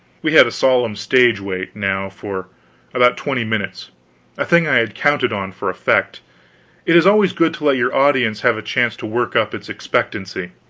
we had a solemn stage-wait, now, for about twenty minutes a thing i had counted on for effect it is always good to let your audience have a chance to work up its expectancy.